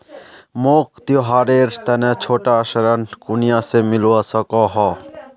मोक त्योहारेर तने छोटा ऋण कुनियाँ से मिलवा सको हो?